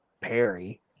Perry